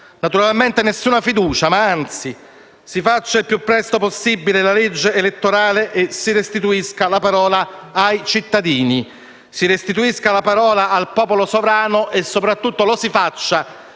naturalmente nessuna fiducia, anzi si faccia al più presto possibile la legge elettorale e si restituisca la parola ai cittadini, al popolo sovrano. E soprattutto lo si faccia